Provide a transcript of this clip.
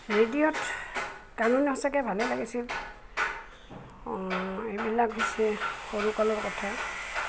ৰেডিঅ'ত গান শুনি সঁচাকৈ ভালে লাগিছিল এইবিলাক হৈছে সৰুকালৰ কথা